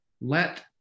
let